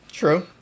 true